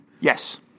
Yes